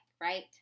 right